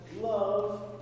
Love